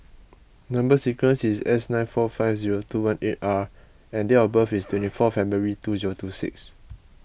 Number Sequence is S nine four five zero two one eight R and date of birth is twenty four February two zero two six